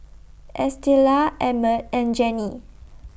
Estela Emmet and Jenni